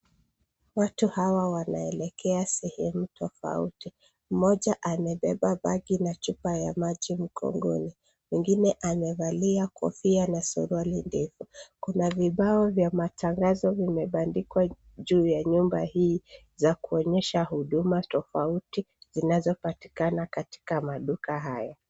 Watu hawa wanaelekea sehemu tofauti. Mmoja amebeba bagi na chupa ya maji mgongoni. Mwingine amevalia kofia na suruali ndefu .Kuna vibao vya matangazo vimebandikwa juu ya nyumba hii za kuonyesha huduma tofauti zinzazoapatikana katika maduka hayo.